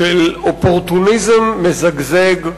רק אופורטוניזם מזגזג.